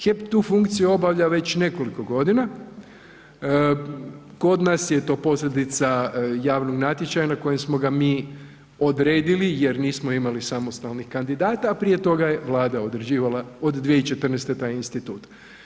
HEP tu funkciju obavlja već nekoliko godina, kod nas je to posljedica javnog natječaja na kojem smo ga mi odredili jer nismo imali samostalnih kandidata, a prije toga je Vlada određivala od 2014. taj institut.